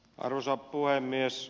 arvoisa puhemies